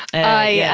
i, yeah